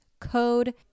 code